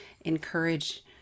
encourage